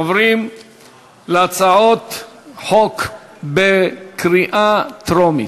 עוברים להצעות חוק לקריאה טרומית.